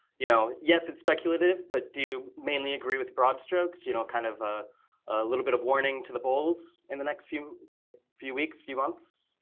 you know, yes, it's speculative, but do you mainly agree with broad strokes? you know, kind of a little bit of warning to the bulls in the next few, like few weeks? few months.